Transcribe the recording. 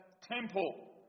temple